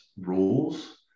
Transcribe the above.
rules